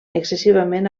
excessivament